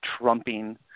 trumping